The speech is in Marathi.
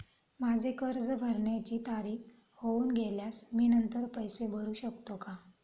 माझे कर्ज भरण्याची तारीख होऊन गेल्यास मी नंतर पैसे भरू शकतो का?